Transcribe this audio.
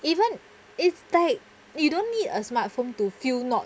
even if like you don't need a smartphone to feel not